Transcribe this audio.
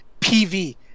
PV